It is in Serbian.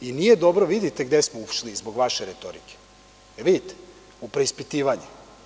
Nije dobro, vidite gde smo ušli zbog vaše retorike, u preispitivanje.